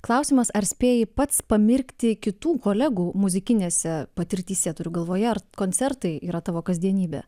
klausimas ar spėji pats pamirkti kitų kolegų muzikinėse patirtyse turiu galvoje ar koncertai yra tavo kasdienybė